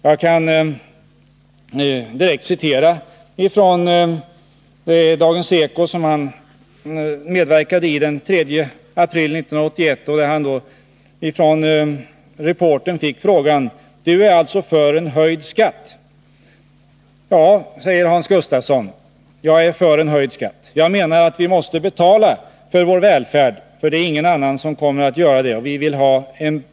Jag kan citera hans uttalanden i Dagens eko, som han medverkade i den 3 april 1981. Han fick då av reportern frågan: Du är alltså för en höjd skatt? Ja, svarade Hans Gustafsson, jag är för en höjd skatt. Jag menar att vi måste betala för vår välfärd, för det är ingen annan som kommer att göra det.